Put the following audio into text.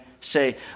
say